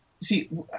See